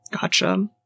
Gotcha